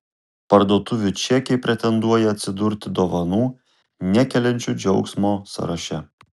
parduotuvių čekiai pretenduoja atsidurti dovanų nekeliančių džiaugsmo sąraše